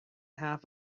half